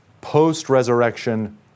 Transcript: post-resurrection